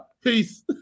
Peace